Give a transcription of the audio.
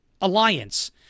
Alliance